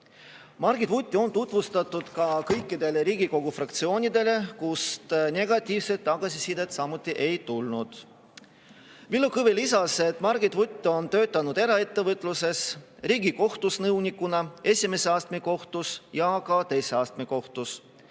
Margit Vutti on tutvustatud ka kõikidele Riigikogu fraktsioonidele, kust negatiivset tagasisidet samuti ei tulnud. Villu Kõve lisas, et Margit Vutt on töötanud eraettevõtluses, Riigikohtus nõunikuna, esimese astme kohtus ja ka teise astme kohtus.